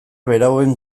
berauen